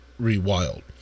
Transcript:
rewild